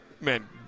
man